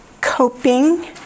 coping